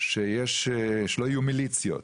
שלא יהיו מליציות.